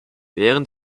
während